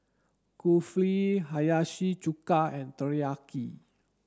Kulfi Hiyashi Chuka and Teriyaki